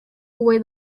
away